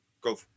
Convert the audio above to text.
go